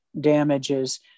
damages